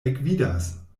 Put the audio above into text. ekvidas